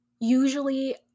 usually